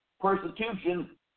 persecution